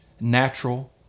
natural